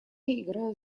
играю